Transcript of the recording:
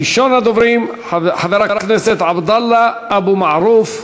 ראשון הדוברים, חבר הכנסת עבדאללה אבו מערוף.